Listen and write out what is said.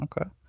Okay